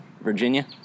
Virginia